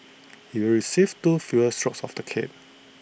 he will receive two fewer strokes of the cane